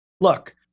look